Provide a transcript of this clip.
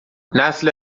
نسل